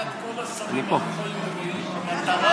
במסגרת מחיקת כל הסממנים היהודיים המטרה